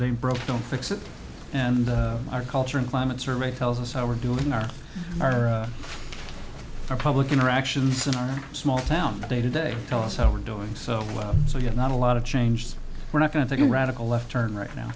it ain't broke don't fix it and our culture and climate survey tells us how we're doing our or our public interactions in our small town day to day tell us how we're doing so well so you're not a lot of change so we're not going to take a radical left turn right now